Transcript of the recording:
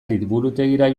liburutegira